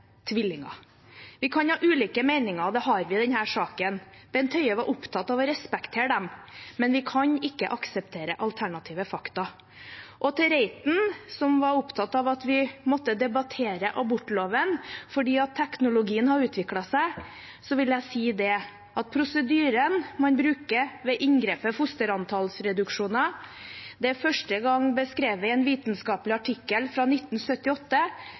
Vi kan ha ulike meninger, og det har vi i denne saken. Bent Høie var opptatt av å respektere dem. Men vi kan ikke akseptere alternative fakta. Til Reiten, som var opptatt av at vi måtte debattere abortloven fordi teknologien har utviklet seg, vil jeg si at prosedyren man bruker ved inngrepet fosterantallsreduksjon, ble beskrevet første gang i en vitenskapelig artikkel i 1978.